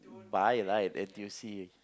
buy right N_T_U C